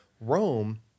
Rome